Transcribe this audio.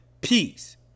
peace